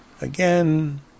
Again